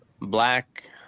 black